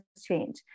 change